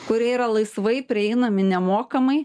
kurie yra laisvai prieinami nemokamai